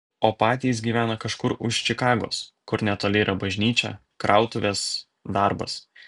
o patys gyvena kažkur už čikagos kur netoli yra bažnyčia krautuvės darbas